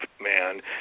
man